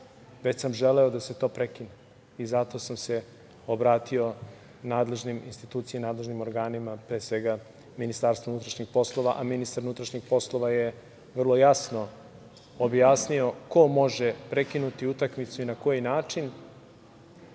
već sam želeo da se to prekine i zato sam se obratio nadležnim institucijama i nadležnim organima, pre svega MUP-u. Ministar unutrašnjih poslova je vrlo jasno objasnio ko može prekinuti utakmicu i na koji način.